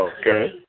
Okay